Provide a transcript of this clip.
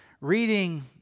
reading